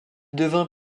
devint